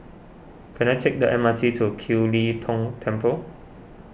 can I take the M R T to Kiew Lee Tong Temple